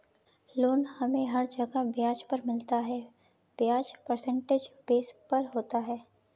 loan हमे हर जगह ब्याज पर मिलता है ब्याज परसेंटेज बेस पर होता है